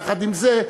יחד עם זה,